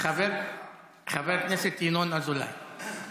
חבר הכנסת ינון אזולאי.